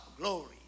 glory